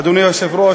אדוני היושב-ראש,